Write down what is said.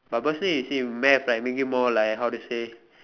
purposely you see math like make you more like how to say